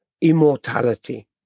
immortality